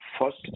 first